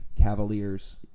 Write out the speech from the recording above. Cavaliers